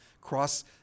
cross-